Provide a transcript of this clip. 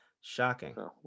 Shocking